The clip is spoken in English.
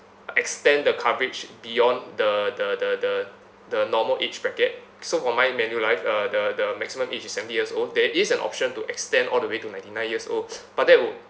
extend the coverage beyond the the the the the normal age bracket so for my manulife uh the the maximum age is seventy years old there is an option to extend all the way to ninety nine years old but that would